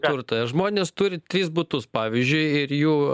turtą žmonės turi tris butus pavyzdžiui ir jų